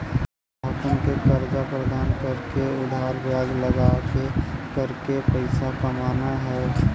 ग्राहकन के कर्जा प्रदान कइके आउर ब्याज लगाके करके पइसा कमाना हौ